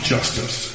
Justice